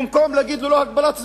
במקום להגיד: ללא הגבלת זמן,